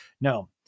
No